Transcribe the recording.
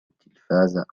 التلفاز